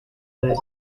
that